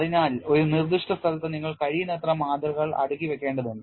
അതിനാൽ ഒരു നിർദ്ദിഷ്ട സ്ഥലത്ത് നിങ്ങൾ കഴിയുന്നത്ര മാതൃകകൾ അടുക്കി വയ്ക്കേണ്ടതുണ്ട്